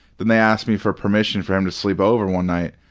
then they asked me for permission for him to sleep over one night.